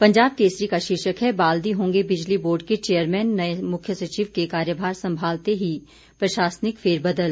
पंजाब केसरी का शीर्षक है बाल्दी होंगे बिजली बोर्ड के चेयरमैन नए मुख्यसचिव के कार्यभार संभालते ही प्रशासनिक फेरबदल